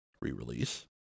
re-release